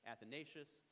Athanasius